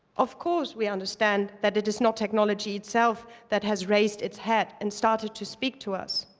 of course we understand that it is not technology itself that has raised its head and started to speak to us,